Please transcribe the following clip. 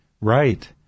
right